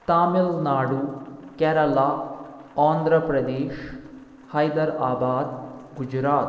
Tamil Nadu Kerala Andhra Pradesh Hyderabad Gujarat